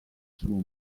suo